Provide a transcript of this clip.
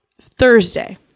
thursday